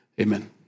amen